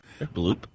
Bloop